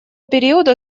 периода